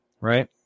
right